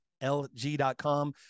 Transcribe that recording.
LG.com